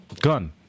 gun